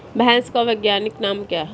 भैंस का वैज्ञानिक नाम क्या है?